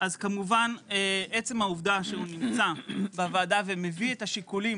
אז כמובן עצם העובדה שהוא נמצא בוועדה ומביא את השיקולים,